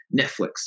Netflix